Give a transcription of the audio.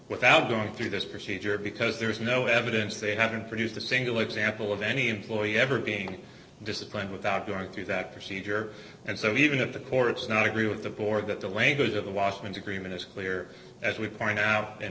without going through this procedure because there's no evidence they haven't produced a single example of any employee ever being disciplined without going through that procedure and so even if the courts not agree with the board that the language of the walk into green is clear as we